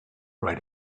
write